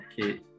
okay